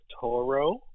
Toro